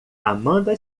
amanda